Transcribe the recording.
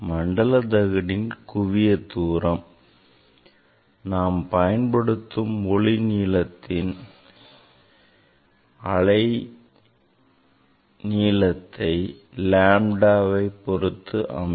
மண்டல தகட்டின் குவியத் தூரம் நாம் பயன்படுத்தும் ஒளி மூலத்தின் அலைநீளத்தை lambdaவை பொறுத்து அமையும்